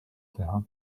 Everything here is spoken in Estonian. teha